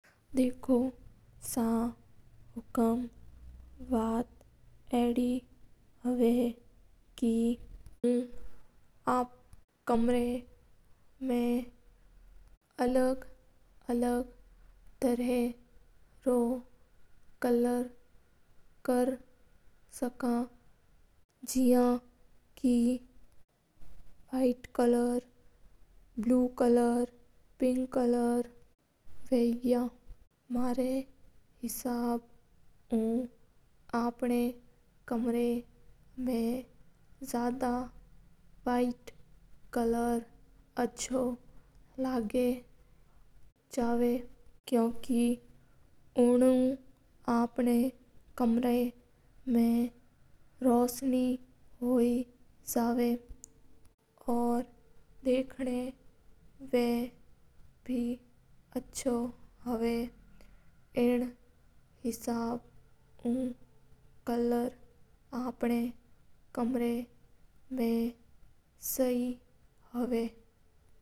देखो सा हुकूम बात अडी हवा हा के आप कैमरा मा अलग-अलग तरीका उ कलर कर सका हा। जसा के व्हाइट, पिंक, ब्लू। मारा हिसाब उ तो कैमरा मा व्हाइट कलर अच्छो लगा हा। उणु कैमरा मा रोससी हो जाव हा और देख ना मा बे अच्छो लगा हा ऐण हिसाब उ कलर कर सका हा आपा।